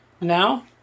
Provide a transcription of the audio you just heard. now